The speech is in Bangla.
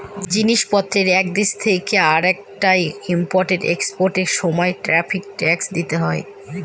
জিনিস পত্রের এক দেশ থেকে আরেকটায় ইম্পোর্ট এক্সপোর্টার সময় ট্যারিফ ট্যাক্স দিতে হয়